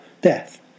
death